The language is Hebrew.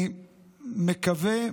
אני מקווה,